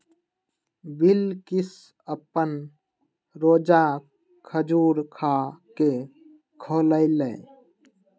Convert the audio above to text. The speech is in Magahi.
बिलकिश अप्पन रोजा खजूर खा के खोललई